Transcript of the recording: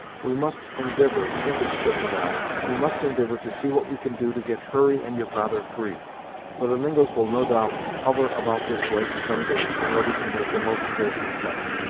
we must indivor chingachgook and i we must indivor to see what we can do to get hurry and your father free for the mingos will no doubt hover about this lake some days, in order to make the most of their success.